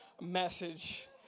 message